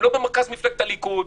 הם לא במרכז מפלגת הליכוד,